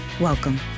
Welcome